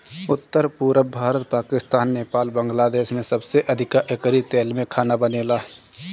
उत्तर, पुरब भारत, पाकिस्तान, नेपाल, बांग्लादेश में सबसे अधिका एकरी तेल में खाना बनेला